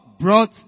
brought